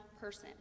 person